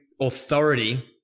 authority